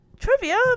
Trivia